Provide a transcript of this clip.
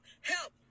help